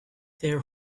their